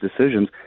decisions